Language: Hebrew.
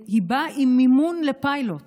והיא באה עם מימון לפיילוט,